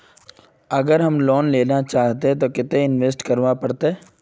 अगर हम लोन लेना चाहते तो केते इंवेस्ट करेला पड़ते?